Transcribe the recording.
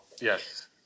Yes